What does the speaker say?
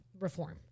reform